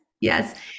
yes